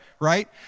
right